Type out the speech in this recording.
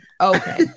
okay